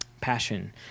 passion